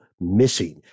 missing